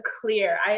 clear